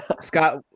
scott